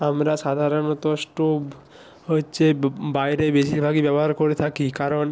আমরা সাধারণত স্টোব হচ্চে বাইরে বেশিরভাগই ব্যবহার করে থাকি কারণ